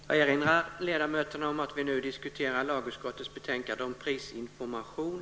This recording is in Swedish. Får jag erinra ledamöterna om att vi nu diskuterar lagutskottets betänkande om prisinformation.